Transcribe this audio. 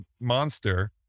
monster